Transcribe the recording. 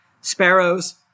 sparrows